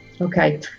okay